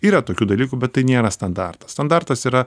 yra tokių dalykų bet tai nėra standartas standartas yra